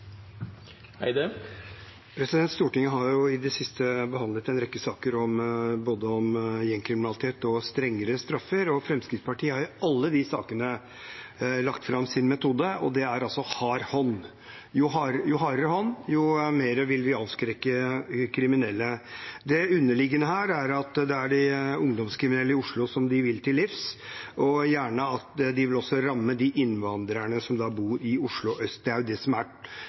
det siste behandlet en rekke saker om både gjengkriminalitet og strengere straffer, og Fremskrittspartiet har i alle de sakene lagt fram sin metode, og det er altså en hard hånd. Jo hardere hånd, jo mer vil vi avskrekke kriminelle. Det underliggende her er at det er de ungdomskriminelle i Oslo de vil til livs, og de vil gjerne også ramme innvandrerne som bor i Oslo Øst. Det er jo det som er